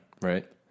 right